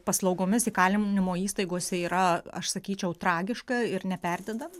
paslaugomis įkalinimo įstaigose yra aš sakyčiau tragiška ir neperdedant